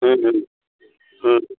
ہوں ہوں ہوں